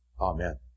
Amen